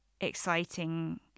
exciting